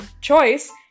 choice